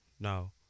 no